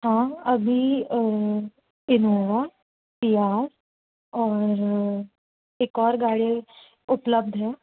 हाँ अभी Innova Ciaz और एक और गाड़ी उपलब्ध है